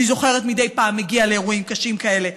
זוכרת מדי פעם מגיע לאירועים קשים כאלה.